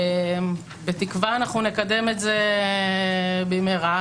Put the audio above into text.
בתקווה נקדם את זה במהרה.